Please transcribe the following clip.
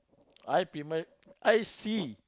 I premier I see